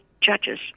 judges